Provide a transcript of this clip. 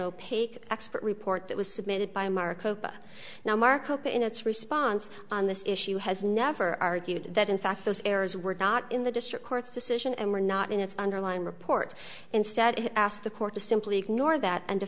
opaque expert report that was submitted by marco but now markup in its response on this issue has never argued that in fact those errors were not in the district court's decision and were not in its underlying report instead it asked the court to simply ignore that and to